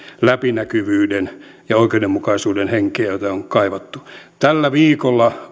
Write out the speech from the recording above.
läpinäkyvyyden ja oikeudenmukaisuuden henkeä jota on kaivattu tällä viikolla